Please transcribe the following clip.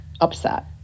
upset